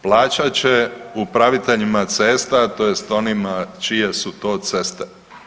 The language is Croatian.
Plaćat će upraviteljima cesta tj. onima čije su to ceste.